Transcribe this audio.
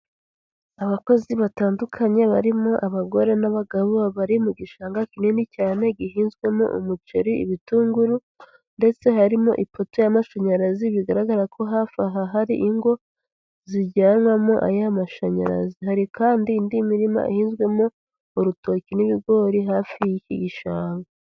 Abakozi batandukanye barimo abagore n'abagabo bari mu gishanga kinini cyane gihinzwemo umuceri, ibitunguru ndetse harimo ipoto y'amashanyarazi bigaragara ko hafi aha hari ingo zijyanwamo aya mashanyarazi, hari kandi indi mirima ihizwemo urutoki n'ibigori hafi y'iki gishanga.